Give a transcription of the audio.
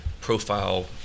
profile